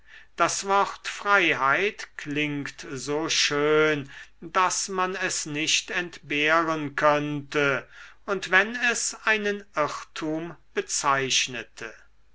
das wort freiheit klingt so schön daß man es nicht entbehren könnte und wenn es einen irrtum bezeichnete